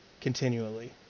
continually